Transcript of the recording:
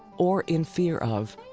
or in fear of,